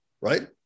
right